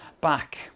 back